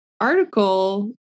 article